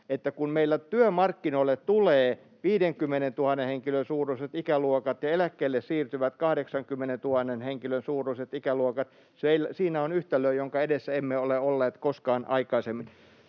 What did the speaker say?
että kun meillä työmarkkinoille tulevat 50 000 henkilön suuruiset ikäluokat ja eläkkeelle siirtyvät 80 000 henkilön suuruiset ikäluokat, siinä on yhtälö, jonka edessä emme ole olleet koskaan aikaisemmin.